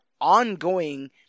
ongoing